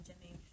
Jimmy